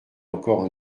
encore